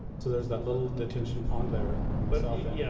so there's that little detention pond there on the south end. yeah